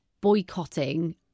boycotting